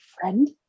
friend